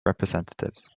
representatives